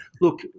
look